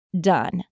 done